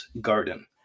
garden